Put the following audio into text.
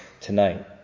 tonight